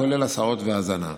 כולל הסעות והזנה.